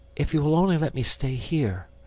if you will only let me stay here,